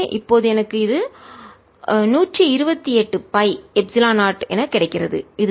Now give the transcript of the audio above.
எனவே இப்போது எனக்கு இது 128 pi எப்சிலன் 0 கிடைக்கிறது